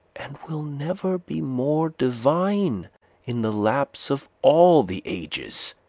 and will never be more divine in the lapse of all the ages.